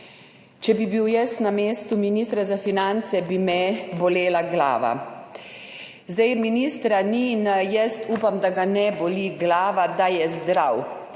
»Če bi bil jaz na mestu ministra za finance, bi me bolela glava.« Zdaj ministra ni in jaz upam, da ga ne boli glava, da je zdrav.